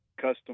Custom